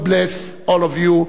God bless all of you.